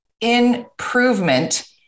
improvement